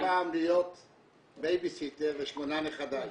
כשנדרשתי פעם להיות בייביסיטר לשמונה נכדיי,